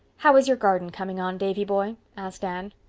how is your garden coming on, davy-boy? asked anne.